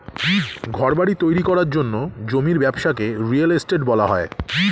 ঘরবাড়ি তৈরি করার জন্য জমির ব্যবসাকে রিয়েল এস্টেট বলা হয়